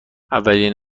اولین